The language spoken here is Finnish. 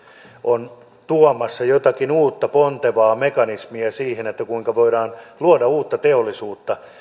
on tuomassa jotakin uutta pontevaa mekanismia siihen kuinka voidaan luoda uutta teollisuutta